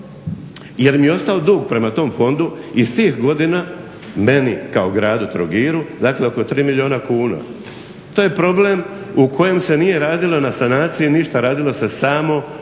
jer mi je ostao dug prema tom fondu iz tih godina meni kao gradu Trogiru, dakle oko 3 milijuna kuna. To je problem u kojem se nije radilo na sanaciji ništa. Radilo se samo o